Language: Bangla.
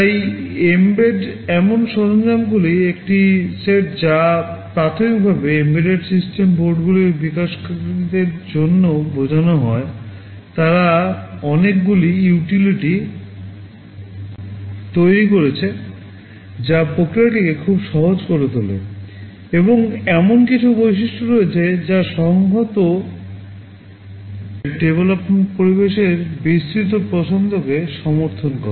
তাই mbed এমন সরঞ্জামগুলির একটি সেট যা প্রাথমিকভাবে এম্বেডেড সিস্টেম পরিবেশের বিস্তৃত পছন্দকে সমর্থন করে